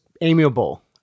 Amiable